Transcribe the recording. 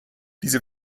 diese